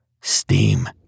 Steam